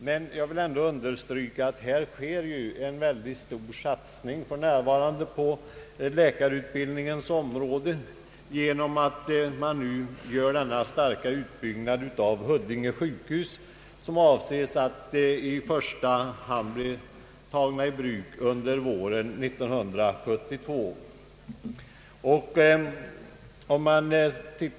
Dock vill jag understryka att det för närvarande sker en väldigt stor satsning på läkarutbildningens område genom den starka utbyggnaden vid Huddinge sjukhus, som man avser skall ta sin början våren 1972.